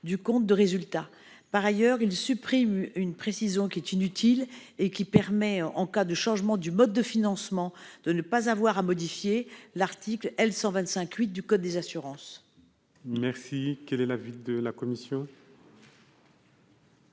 du compte de résultat. Par ailleurs, il tend à supprimer une précision inutile afin de permettre, en cas de changement de mode de financement, de ne pas avoir à modifier l'article L. 125-8 du code des assurances.